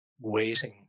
waiting